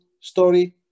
story